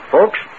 Folks